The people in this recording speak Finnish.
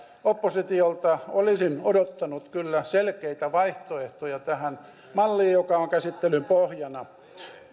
oppositiolta olisin odottanut kyllä selkeitä vaihtoehtoja tähän malliin joka on käsittelyn pohjana